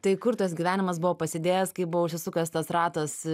tai kur tas gyvenimas buvo pasidėjęs kai buvo užsisukęs tas ratas